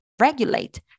regulate